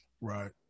Right